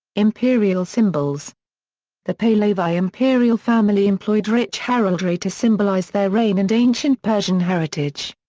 imperial symbols the pahlavi imperial family employed rich heraldry to symbolize their reign and ancient persian heritage.